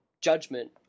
judgment